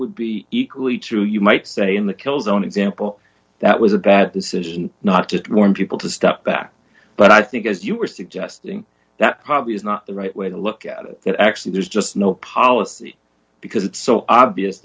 would be equally true you might say in the kill zone example that was a bad decision not to warn people to step back but i think as you were suggesting that probably is not the right way to look at it actually there's just no policy because it's so obvious